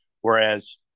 Whereas